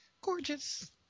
gorgeous